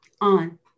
on